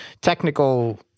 technical